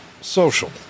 Social